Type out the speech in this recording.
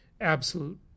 absolute